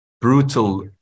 brutal